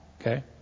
Okay